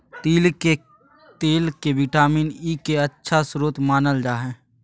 तिल के तेल के विटामिन ई के अच्छा स्रोत मानल जा हइ